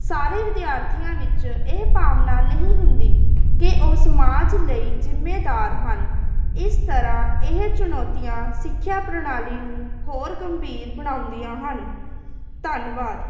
ਸਾਰੇ ਵਿਦਿਆਰਥੀਆਂ ਵਿੱਚ ਇਹ ਭਾਵਨਾ ਨਹੀਂ ਹੁੰਦੀ ਕਿ ਉਹ ਸਮਾਜ ਲਈ ਜਿੰਮੇਦਾਰ ਹਨ ਇਸ ਤਰ੍ਹਾਂ ਇਹ ਚੁਣੌਤੀਆਂ ਸਿੱਖਿਆ ਪ੍ਰਣਾਲੀ ਨੂੰ ਹੋਰ ਗੰਭੀਰ ਬਣਾਉਂਦੀਆਂ ਹਨ ਧੰਨਵਾਦ